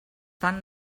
fan